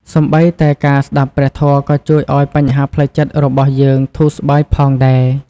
សូម្បីតែការស្តាប់ព្រះធម៌ក៏ជួយឲ្យបញ្ហាផ្លូវចិត្តរបស់យើងធូរស្បើយផងដែរ។